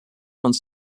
uns